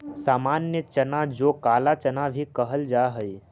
सामान्य चना जो काला चना भी कहल जा हई